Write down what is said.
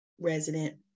resident